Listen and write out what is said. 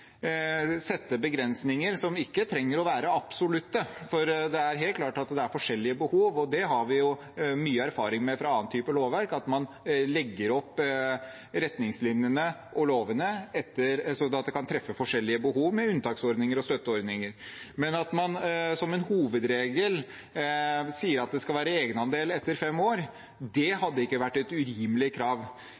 sette begrensninger, som ikke trenger å være absolutte, for det er helt klart at det er forskjellige behov. Vi har mye erfaring fra andre typer lovverk med at man legger opp retningslinjene og lovene slik at de kan treffe forskjellige behov, med unntaksordninger og støtteordninger, men om man som en hovedregel sa at det skal være en egenandel etter fem år, hadde ikke det vært et urimelig krav.